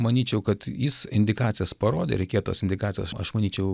manyčiau kad jis indikacijas parodė reikėjo tas indikacijas aš aš manyčiau